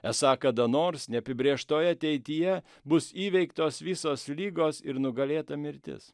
esą kada nors neapibrėžtoj ateityje bus įveiktos visos ligos ir nugalėta mirtis